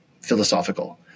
philosophical